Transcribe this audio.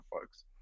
folks